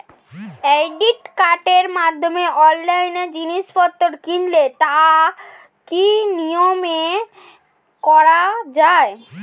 Credit কার্ডের মাধ্যমে অনলাইনে জিনিসপত্র কিনলে তার কি নিয়মে করা যায়?